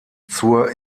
zur